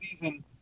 season